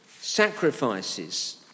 sacrifices